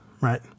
right